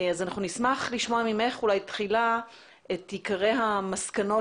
ואנחנו נשמח לשמוע ממך אולי תחילה את עיקרי המסקנות